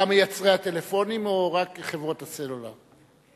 גם יצרני הטלפונים או רק חברות הסלולר?